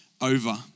over